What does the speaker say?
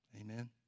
Amen